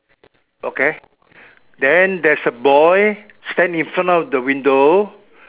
okay then there's a boy stand in front of the window